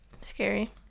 scary